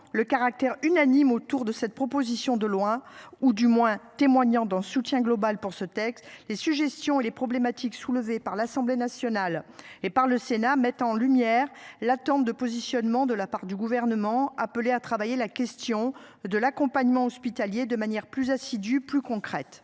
le caractère unanime autour de cette proposition de loi ou du moins témoignant d'un soutien global pour ce texte, les suggestions, les problématiques soulevées par l'Assemblée nationale et par le Sénat met en lumière l'attente de positionnement de la part du gouvernement appelé à travailler la question de l'accompagnement hospitalier de manière plus assidue plus concrètes.